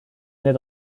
naît